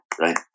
right